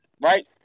Right